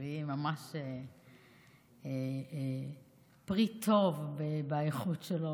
שיהיה ממש פרי טוב באיכות שלו.